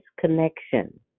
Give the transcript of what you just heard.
connection